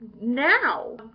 now